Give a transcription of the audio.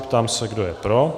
Ptám se, kdo je pro.